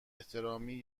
احترامی